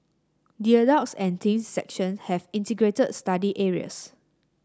the adults and teens section have integrated study areas